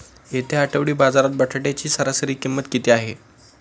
येत्या आठवडी बाजारात बटाट्याची सरासरी किंमत किती आहे?